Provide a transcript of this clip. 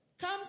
Come